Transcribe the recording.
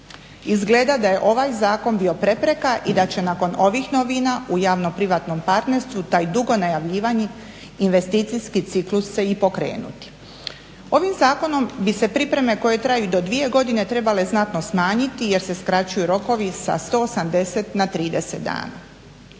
Izgleda da je ovaj zakon bio prepreka i da će nakon ovih novina u javno-privatnom partnerstvu taj dugo najavljivani investicijski ciklus se i pokrenuti. Ovim zakonom bi se pripreme koje traju i do dvije godine trebale znatno smanjiti jer se skraćuju rokovi sa 180 na 30 dana.